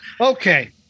okay